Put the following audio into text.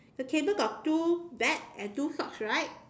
the table got two bag and two socks right